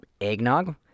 eggnog